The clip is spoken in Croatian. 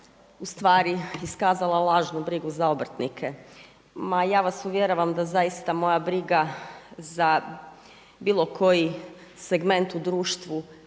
u stvari iskazala lažnu brigu za obrtnike. Ma ja vas uvjeravam da zaista moja briga za bilo koji segment u društvu